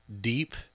deep